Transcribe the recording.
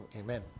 Amen